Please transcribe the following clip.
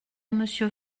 monsieur